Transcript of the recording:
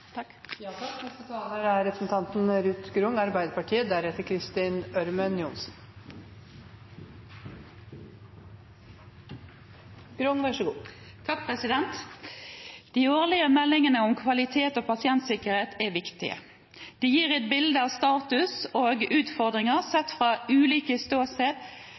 De årlige meldingene om kvalitet og pasientsikkerhet er viktige. De gir et bilde av status og utfordringer sett fra ulike